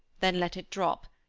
then let it drop,